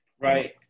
Right